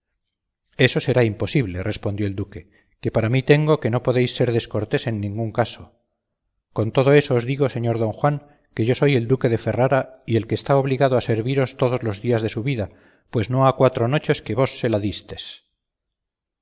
eso será imposible respondió el duque que para mí tengo que no podéis ser descortés en ningún caso con todo eso os digo señor don juan que yo soy el duque de ferrara y el que está obligado a serviros todos los días de su vida pues no ha cuatro noches que vos se la distes